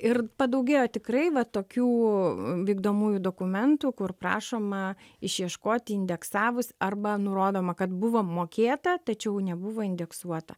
ir padaugėjo tikrai va tokių vykdomųjų dokumentų kur prašoma išieškoti indeksavus arba nurodoma kad buvo mokėta tačiau nebuvo indeksuota